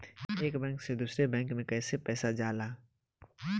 एक बैंक से दूसरे बैंक में कैसे पैसा जाला?